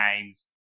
games